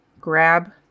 grab